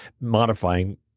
modifying